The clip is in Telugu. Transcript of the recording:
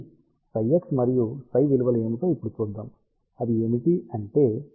కాబట్టి ψx మరియు ψy విలువలు ఏమిటో ఇప్పుడు చూద్దాం అవి ఏమిటి అంటే